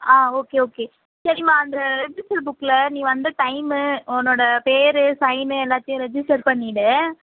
ஆ okay okay சரிம்மா அந்த register புக்ல நீ வந்த டைம்மு உன்னோட பேர் சைன்னு எல்லாத்தையும் ரெஜிஸ்ட்டர் பண்ணிவிடு